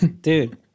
Dude